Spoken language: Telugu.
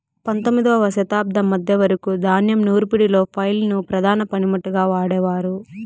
పందొమ్మిదవ శతాబ్దం మధ్య వరకు ధాన్యం నూర్పిడిలో ఫ్లైల్ ను ప్రధాన పనిముట్టుగా వాడేవారు